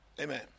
Amen